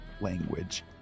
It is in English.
language